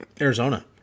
Arizona